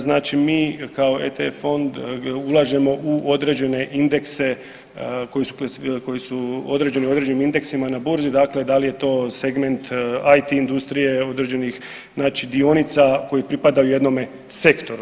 Znači mi kao ETF fond ulažemo u određene indekse koji su određeni određenim indeksima na burzi dakle da li je to segment IT industrije određenih znači dionica koje pripadaju jednome sektoru.